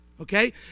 okay